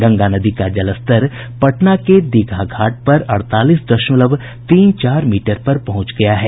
गंगा नदी का जलस्तर पटना के दीघा घाट पर अड़तालीस दशमलव तीन चार मीटर पर पहुंच गया है